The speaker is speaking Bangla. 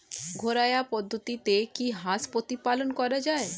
ঘরোয়া পদ্ধতিতে কি হাঁস প্রতিপালন করা যায়?